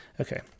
okay